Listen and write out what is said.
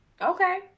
Okay